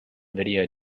video